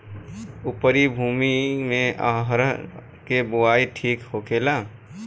उपरी भूमी में अरहर के बुआई ठीक होखेला?